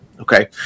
Okay